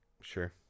Sure